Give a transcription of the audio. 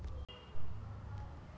पीक सवंगल्यावर ऊन द्याले पायजे का?